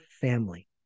family